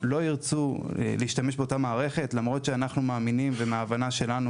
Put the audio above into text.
לא ירצו להשתמש באותה המערכת למרות שמההבנה שלנו